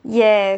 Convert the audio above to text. yes